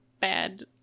bad